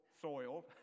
soil